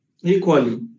Equally